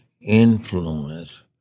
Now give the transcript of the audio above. influence